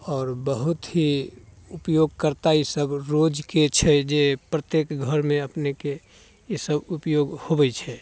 आओर बहुत ही उपयोग करता ई सभ रोजके छै जे प्रत्येक घरमे अपनेकेँ ई सभ उपयोग होबैत छै